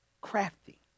crafty